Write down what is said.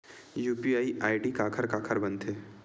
UPI ID काखर काखर बनथे?